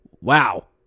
wow